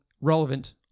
relevant